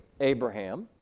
Abraham